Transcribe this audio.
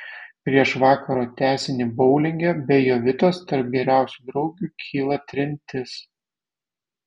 prieš vakaro tęsinį boulinge be jovitos tarp geriausių draugių kyla trintis